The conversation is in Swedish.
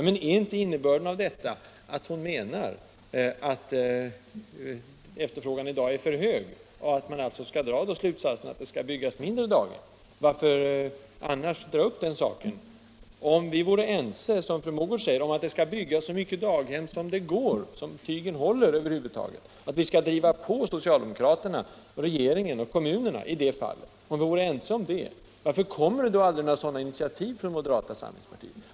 Men är inte innebörden av det att hon menar att efterfrågan i dag är för hög och att vi därför skall bygga färre daghem? Varför annars dra upp den saken? Om vi, som fru Mogård säger, är ense om att bygga så många daghem som möjligt, över huvud taget bygga så mycket som tygen håller och i det fallet driva på socialdemokraterna, regeringen och kommunerna, varför kommer det då aldrig några sådana initiativ från moderata samlingspartiet?